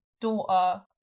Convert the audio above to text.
daughter